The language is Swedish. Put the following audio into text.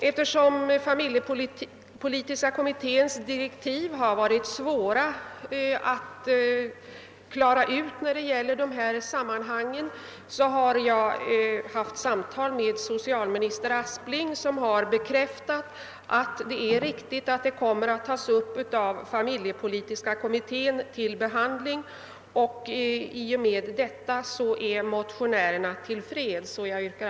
Eftersom dennas direktiv har varit svåra att få grepp om när det gäller dessa sammanhang, har jag haft ett samtal med socialminister Aspling, som har bekräftat att frågan kommer att tas upp till behandling av familjepolitiska kommittén. I och med detta är motionärerna till freds. Herr talman!